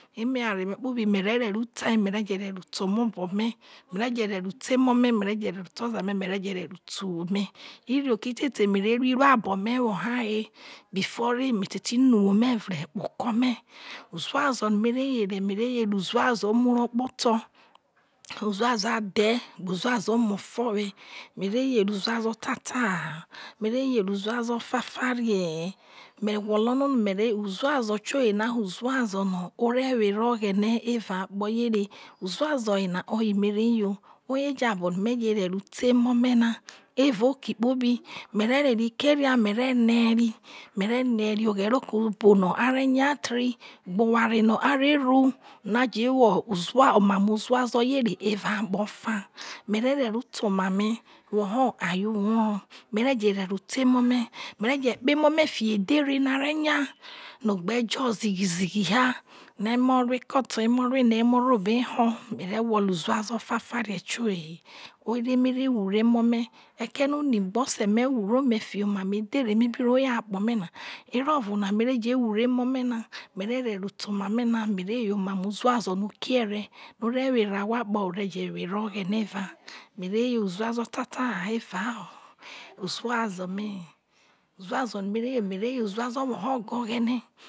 Eme oware me kpobi mere ro ero ta me ve je ro ere te oza omo bo me teve je ro ere te emo me me me je ro ere te oza me ve je ro ere uwuo me woho aye before me te ti no uwuo ure kpo oko me uzazo no me ne yere uzazo omorokpoto uzazo adhe uzazo omofewe me re yere uzazo tatahaha mere yere uzazo fafahiehe̱ oye ja bo̱ no̱ na evao oke kpobi me re ro̱ ria keria me ve nera oke kpobi gbe oware no a re ru ro̱ ere te omara me re wuhe emo fiho omamo edere woho ekeno osigbeoni me a wuhure ome nene emo eke to ode fare̱ fare̱ me re yo uzazo̱ wo̱ho̱ o̱go̱ oghene̱